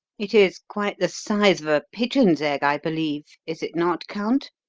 it is quite the size of a pigeon's egg, i believe is it not, count?